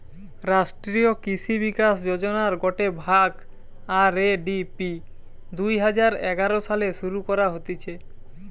রাষ্ট্রীয় কৃষি বিকাশ যোজনার গটে ভাগ, আর.এ.ডি.পি দুই হাজার এগারো সালে শুরু করা হতিছে